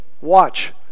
Watch